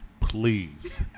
please